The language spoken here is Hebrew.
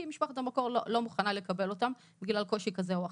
כי משפחת המקור לא מוכנה לקבל אותם בגלל קושי כזה או אחר.